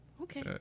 Okay